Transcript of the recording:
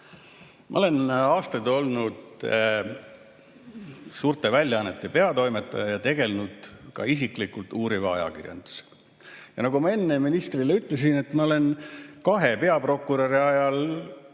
Ma olin aastaid suurte väljaannete peatoimetaja ja tegelesin ka isiklikult uuriva ajakirjandusega. Nagu ma enne ministrile ütlesin, ma astusin kahe peaprokuröri ajal